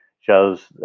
shows